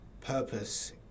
Purpose